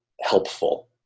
helpful